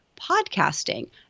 podcasting